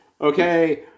Okay